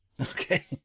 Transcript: Okay